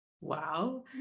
Wow